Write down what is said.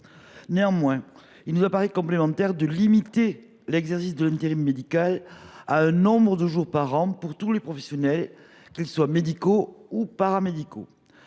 Néanmoins, il nous apparaît complémentaire de limiter l’exercice de l’intérim médical à un nombre de jours par an pour tous les professionnels, qu’ils soient médicaux ou paramédicaux.